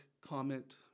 comment